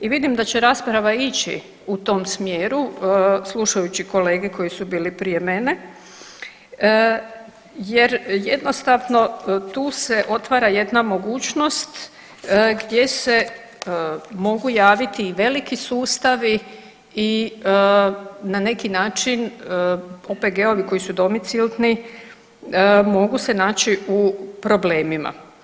I vidim da će rasprava ići u tom smjeru slušajući kolege koji su bili prije mene jer jednostavno tu se otvara jedna mogućnost gdje se mogu javiti i veliki sustavi i na neki način OPG-ovi koji su domicilni mogu se naći u problemima.